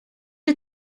had